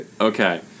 Okay